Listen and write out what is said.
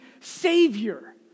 savior